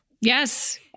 Yes